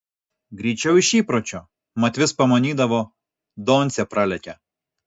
greičiau iš įpročio mat vis pamanydavo doncė pralekia